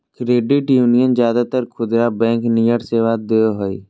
credit union ज्यादातर खुदरा bank नियर सेवा दो हइ